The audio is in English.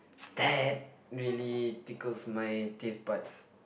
that really tickles my taste buds